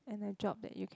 and a job that you can